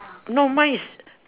no mine's